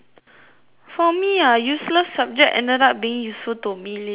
for me ah useless subject ended up being useful to me later in life ah